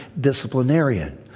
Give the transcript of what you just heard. disciplinarian